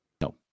No